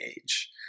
age